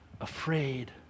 afraid